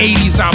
80s